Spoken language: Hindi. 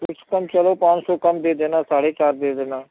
कुछ कम चलो पान सौ कम दे देना साढे़ चार दे देना